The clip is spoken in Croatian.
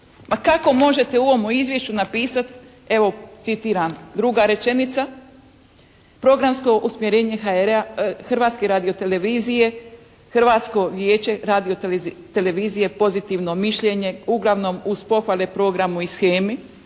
kako možete u ovom izvješću napisati, evo citiram druga rečenica "Programsko usmjerenje Hrvatske radio-televizije Hrvatsko vijeće radio-televizije pozitivno mišljenje uglavnom uz pohvale programu i shemi.",